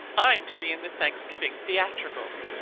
i'm to be in the thanksgiving theatricals.